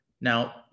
Now